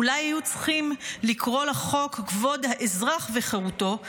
אולי היו צריכים לקרוא לחוק "כבוד האזרח וחירותו",